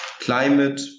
climate